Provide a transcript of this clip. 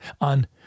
on